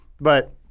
But-